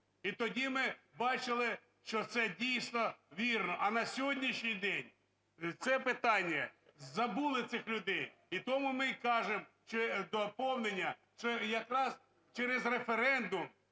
І тоді ми бачили, що це дійсно вірно. А на сьогоднішній день це питання – забули цих людей. І тому ми й кажемо, чи доповнення, що якраз через референдум